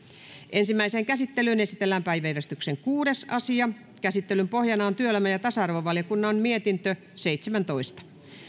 ensimmäiseen käsittelyyn esitellään päiväjärjestyksen kuudes asia käsittelyn pohjana on työelämä ja tasa arvovaliokunnan mietintö seitsemäntoista